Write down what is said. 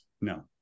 no